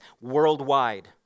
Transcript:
worldwide